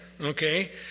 okay